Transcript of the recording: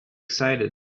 excited